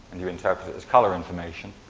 and you interpret as color information.